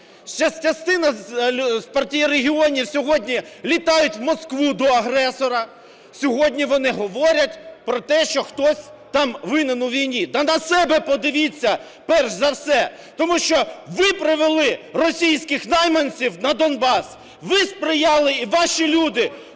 частина з "Партії регіонів" сьогодні літають в Москву до агресора, сьогодні вони говорять про те, що хтось там винен у війні. Та на себе подивіться перш за все. Тому що ви привели російських найманців на Донбас! Ви сприяли і ваші люди